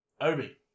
Obi